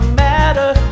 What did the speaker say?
matter